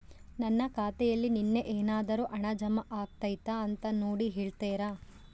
ನನ್ನ ಖಾತೆಯಲ್ಲಿ ನಿನ್ನೆ ಏನಾದರೂ ಹಣ ಜಮಾ ಆಗೈತಾ ಅಂತ ನೋಡಿ ಹೇಳ್ತೇರಾ?